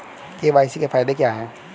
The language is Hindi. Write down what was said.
के.वाई.सी के फायदे क्या है?